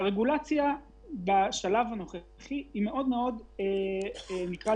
הרגולציה בשלב הנוכחי היא של חירום.